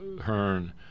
Hearn